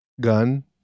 gun